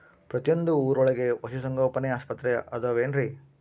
ಪ್ರತಿಯೊಂದು ಊರೊಳಗೆ ಪಶುಸಂಗೋಪನೆ ಆಸ್ಪತ್ರೆ ಅದವೇನ್ರಿ?